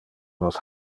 nos